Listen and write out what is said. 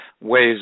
ways